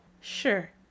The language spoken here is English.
Sure